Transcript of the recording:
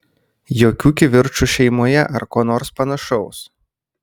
jokių kivirčų šeimoje ar ko nors panašaus